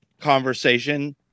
Conversation